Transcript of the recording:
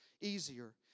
easier